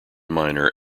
minor